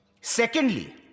Secondly